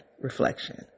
reflection